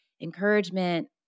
encouragement